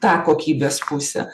tą kokybės pusę